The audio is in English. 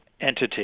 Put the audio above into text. entity